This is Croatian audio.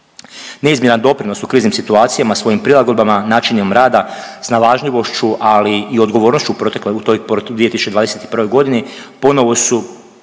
Neizmjeran doprinos u kriznim situacijama svojim prilagodbama načinom rada, snalažljivošću, ali i odgovornošću u toj protekloj 2021.g. ponovo su